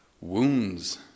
wounds